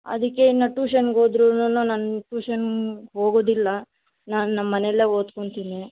ಅದಕ್ಕೆ ಇನ್ನೂ ಟ್ಯೂಷನ್ನಿಗೆ ಹೋದ್ರುನು ನಾನು ಟ್ಯೂಷನ್ನಿಗೆ ಹೋಗೋದಿಲ್ಲ ನಾನು ನಮ್ಮ ಮನೆಯಲ್ಲೇ ಓದ್ಕೊತಿನಿ